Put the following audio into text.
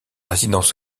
résidence